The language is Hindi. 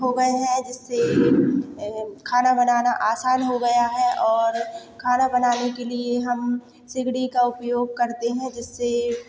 हो गए हैं जिससे खाना बनाना आसान हो गया है और खाना बनाने के लिए हम सिगड़ी का उपयोग करते हैं जिससे